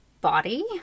body